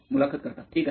मुलाखत कर्ता ठीक आहे